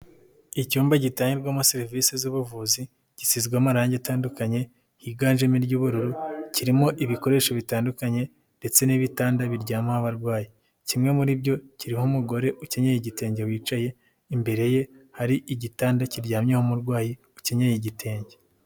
Icyumba gitangirwagirwamo serivisi z'ubuvuzi, gishyizwe amarangi atandukanye, yiganjemo iy'ubururu, kirimo ibikoresho bitandukanye ndetse n'ibitanda biryamamyeho abarwayi, kimwe muri byo kiriho umugore ukenye igitenge wicaye, imbere ye hari igitanda kiryamyeho umurwayi ukenyeye igitenge.